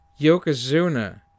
Yokozuna